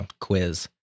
quiz